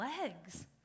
legs